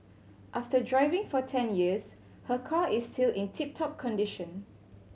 after driving for ten years her car is still in tip top condition